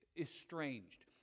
estranged